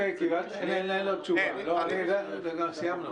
--- לא, סיימנו.